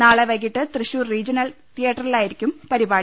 നാളെ വൈകീട്ട് തൃശൂർ റീജണൽ തിയ്യേറ്ററിലായിരിക്കും പരിപാടി